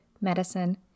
medicine